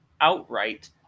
outright